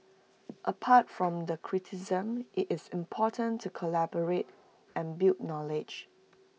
apart from the criticism IT is important to collaborate and build knowledge